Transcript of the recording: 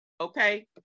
Okay